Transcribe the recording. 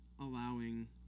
allowing